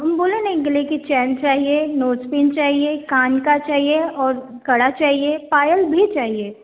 हम बोले ना एक गले की चैन चाहिए एक नोज़ पिन चाहिए कान का चाहिए और कड़ा चाहिए पायल भी चाहिए